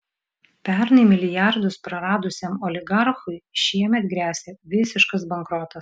pernai milijardus praradusiam oligarchui šiemet gresia visiškas bankrotas